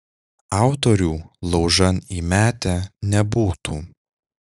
autorių laužan įmetę nebūtų